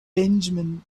benjamin